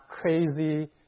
crazy